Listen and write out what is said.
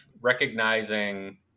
recognizing